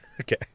Okay